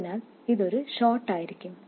അതിനാൽ ഇത് ഒരു ഷോർട്ട് ആയിരിക്കും